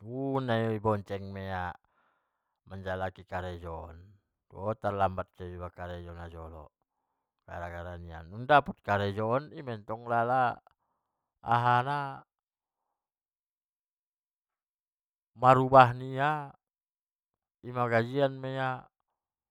dung nadibonceng ma ia manjalaki karejo, dohot maiba tarlambat najolo manjalaki karejo ia, dung dapot kareja naon ima ntong na aha na parubah nia, in ma gajian ma ia.